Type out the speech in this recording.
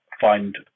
find